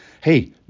Hey